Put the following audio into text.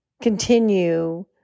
continue